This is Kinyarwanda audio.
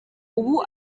ubu